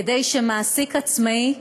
כדי שמעסיק עצמאי,